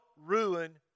ruin